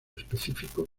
específico